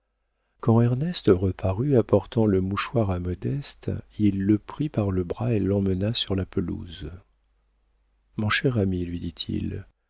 ernest reparut apportant le mouchoir à modeste il le prit par le bras et l'emmena sur la pelouse mon cher ami lui dit-il